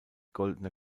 goldener